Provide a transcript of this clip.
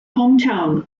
hometown